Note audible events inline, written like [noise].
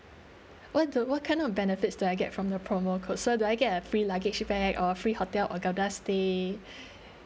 what do what kind of benefits that I get from the promo code so do I get a free luggage bag or free hotel or gada's stay [breath]